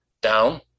Down